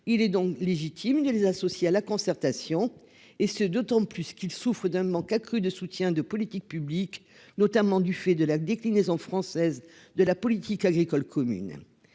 Il est donc légitime de les associer à la concertation et ce d'autant plus qu'ils souffrent d'un manque accru de soutien de politiques publiques, notamment du fait de la déclinaison française de la politique agricole commune.